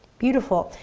beautiful,